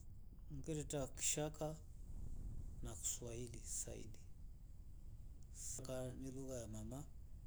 Ngetata kishaka na kiswahili saidi ni lugha ya mama.